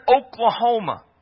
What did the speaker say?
Oklahoma